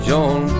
John